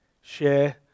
share